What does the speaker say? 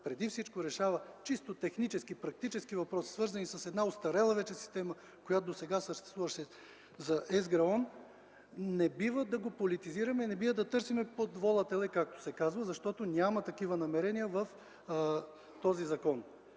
преди всичко решава чисто технически, практически въпроси, свързани с една остаряла вече система, която досега съществуваше за ЕСГРАОН, не бива да го политизираме и не бива да търсим под вола теле, както се казва, защото няма такива намерения в този закон.